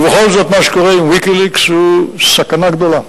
ובכל זאת, מה שקורה עם "ויקיליקס" הוא סכנה גדולה.